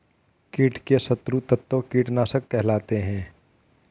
कीट के शत्रु तत्व कीटनाशक कहलाते हैं